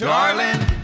Darling